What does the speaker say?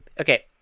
okay